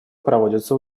проводятся